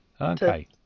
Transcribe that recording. okay